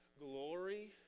glory